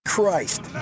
Christ